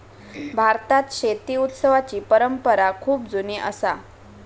भारतात शेती उत्सवाची परंपरा खूप जुनी असा